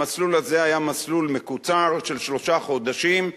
המסלול הזה היה מסלול מקוצר של שלושה חודשים,